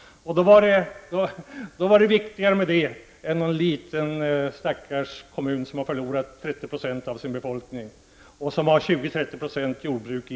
Då var dessa städer viktigare än någon liten stackars kommun som förlorat 30 Zo av sin befolkning och som har 20-30 96 jordbruk.